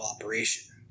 operation